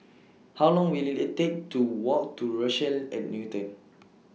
How Long Will IT IT Take to Walk to Rochelle At Newton